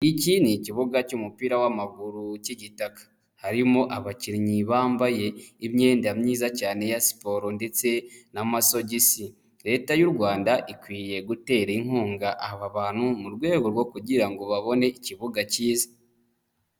Iki ni ikibuga cy'umupira w'amaguru cy'igitaka, harimo abakinnyi bambaye imyenda myiza cyane ya siporo ndetse n'amasogisi, Leta y'u Rwanda ikwiye gutera inkunga aba bantu mu rwego rwo kugira ngo babone ikibuga cyiza.